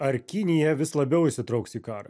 ar kinija vis labiau įsitrauks į karą